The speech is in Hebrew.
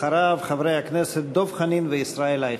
אחריו, חברי הכנסת דב חנין וישראל אייכלר.